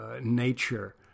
nature